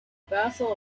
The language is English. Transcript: basel